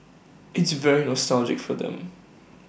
it's very nostalgic for them